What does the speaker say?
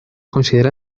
considera